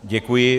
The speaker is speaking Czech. Děkuji.